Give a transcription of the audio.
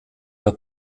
der